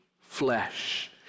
flesh